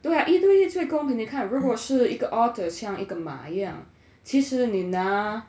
对 ah 一对一最公平你看如果是一个 otter 像一个马一样其实你拿